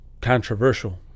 controversial